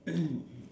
mm mm